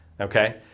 Okay